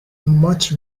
much